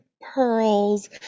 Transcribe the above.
pearls